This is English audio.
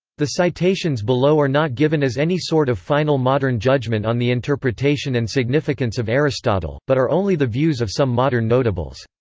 the citations below are not given as any sort of final modern judgement on the interpretation and significance of aristotle, but are only the views of some modern notables.